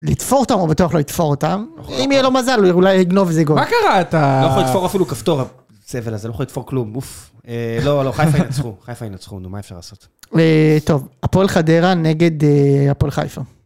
לתפור אותם, הוא בטוח לא יתפור אותם, אם יהיה לו מזל, הוא אולי יגנוב איזה גול. מה קרה? אתה לא יכול לתפור אפילו כפתור הזבל הזה, לא יכול לתפור כלום, אוף. לא, לא, חיפה ינצחו, חיפה ינצחו, נו, מה אפשר לעשות? טוב, הפועל חדרה נגד הפועל חיפה.